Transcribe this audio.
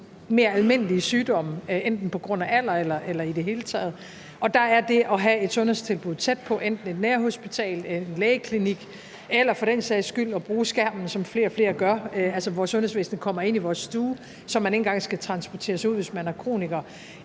mere almindelige sygdomme, enten på grund af alder eller i det hele taget, og der er det at have et sundhedstilbud tæt på, enten et nærhospital, en lægeklinik eller for den sags skyld ved at bruge skærmen, som flere og flere gør, altså hvor sundhedsvæsenet kommer ind i vores stue, så man ikke engang skal transportere sig ud, hvis man er kroniker,